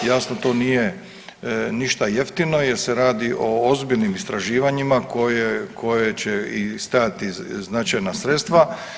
Jasno to nije ništa jeftino jer se radi o ozbiljnim istraživanjima koje, koje će i stajati značajna sredstva.